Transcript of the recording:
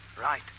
Right